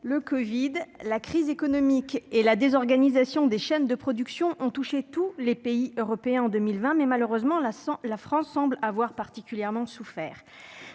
la covid-19, la crise économique et la désorganisation des chaînes de production ont touché tous les pays européens en 2020, la France semble avoir particulièrement souffert.